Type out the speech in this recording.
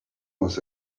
was